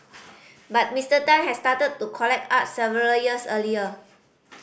but Mister Tan had started to collect art several years earlier